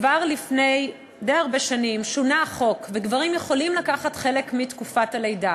כבר לפני די הרבה שנים שונה החוק וגברים יכולים לקחת חלק מתקופת הלידה